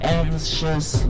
anxious